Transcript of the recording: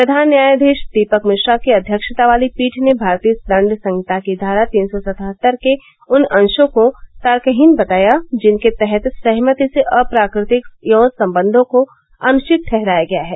प्रधान न्यायाधीश दीपक मिश्रा की अध्यक्षता वाली पीठ ने भारतीय दंड संहिता की धारा तीन सौ सतहत्तर के उन अंशों को तर्कहीन बताया जिनके तहत सहमति से अप्राकृतिक यौन संबंधों को अनुचित ठहराया गया है